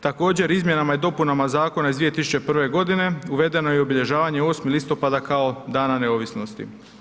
Također, izmjenama i dopunama zakona iz 2001. g. uvedeno je obilježavao 8. listopada kao Dana neovisnosti.